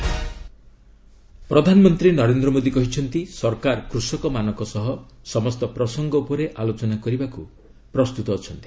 PM farmers ପ୍ରଧାନମନ୍ତ୍ରୀ ନରେନ୍ଦ୍ର ମୋଦି କହିଛନ୍ତି ସରକାର କୃଷକମାନଙ୍କ ସହ ସମସ୍ତ ପ୍ରସଙ୍ଗ ଉପରେ ଆଲୋଚନା କରିବାକୁ ପ୍ରସ୍ତୁତ ଅଛନ୍ତି